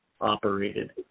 operated